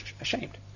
ashamed